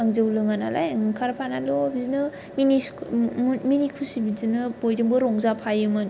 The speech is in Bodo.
आं जौ लोङा नालाय आंखारफानानैल' बिदिनो मिनि खुसु मिनि खुसि बयजोंबो बिदिनो बयजोंबो रंजाफायोमोन